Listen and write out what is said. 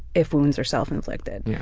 if wounds are self-inflicted. yeah